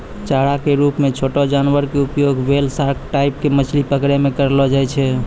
चारा के रूप मॅ छोटो जानवर के उपयोग व्हेल, सार्क टाइप के मछली पकड़ै मॅ करलो जाय छै